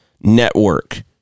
Network